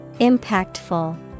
Impactful